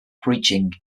preaching